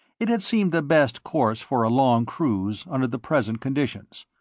it had seemed the best course for a long cruise under the present conditions.